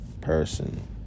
person